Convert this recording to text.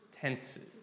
tenses